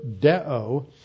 deo